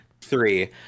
three